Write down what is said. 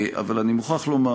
אבל אני מוכרח לומר,